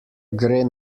gre